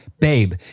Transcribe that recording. Babe